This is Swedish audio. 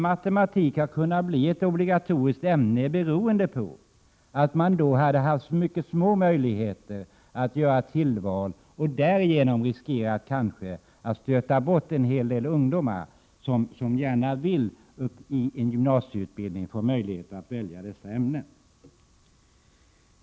Matematik har inte kunnat bli ett obligatoriskt ämne beroende på att man då hade haft små möjligheter att göra detta tillval, och därigenom riskerat att stöta bort en hel del ungdomar som gärna inom gymnasieutbildningen vill få möjlighet att välja de andra ämnena.